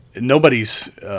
nobody's